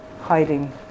hiding